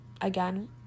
Again